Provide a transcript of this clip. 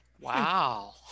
Wow